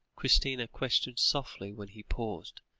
christina questioned softly, when he paused.